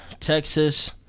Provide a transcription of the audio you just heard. Texas